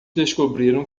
descobriram